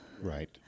Right